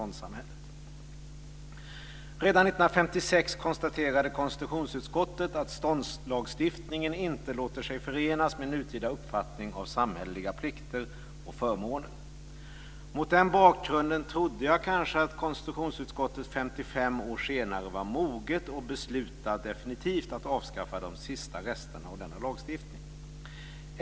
Redan 1956 konstaterade konstitutionsutskottet att ståndslagstiftningen inte låter sig förenas med nutida uppfattning om samhälleliga plikter och förmåner. Mot den bakgrunden trodde jag kanske att konstitutionsutskottet 45 år senare skulle vara moget att besluta att definitivt avskaffa de sista resterna av denna lagstiftning.